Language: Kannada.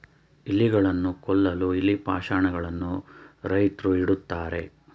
ಇಲಿಗಳನ್ನು ಕೊಲ್ಲಲು ಇಲಿ ಪಾಷಾಣ ಗಳನ್ನು ರೈತ್ರು ಇಡುತ್ತಾರೆ